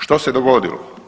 Što se dogodilo?